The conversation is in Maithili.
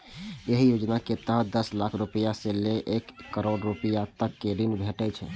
एहि योजना के तहत दस लाख रुपैया सं लए कए एक करोड़ रुपैया तक के ऋण भेटै छै